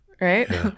Right